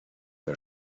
der